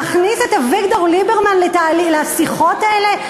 להכניס את אביגדור ליברמן לשיחות האלה,